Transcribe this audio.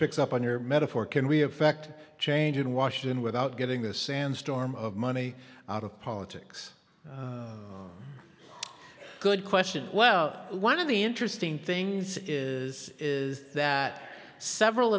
picks up on your metaphor can we affect change in washington without getting this sandstorm of money out of politics good question well one of the interesting things is is that several